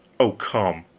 oh, come!